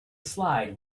slide